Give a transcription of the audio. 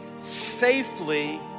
safely